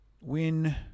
win